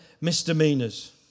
misdemeanors